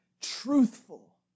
truthful